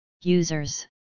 users